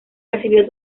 recibió